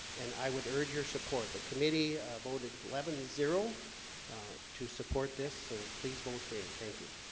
and i would urge your support the committee voted eleven zero to support this so please vote green. thank you